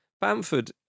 Bamford